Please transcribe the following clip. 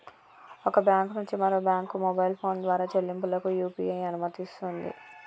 ఒక బ్యాంకు నుంచి మరొక బ్యాంకుకు మొబైల్ ఫోన్ ద్వారా చెల్లింపులకు యూ.పీ.ఐ అనుమతినిస్తుంది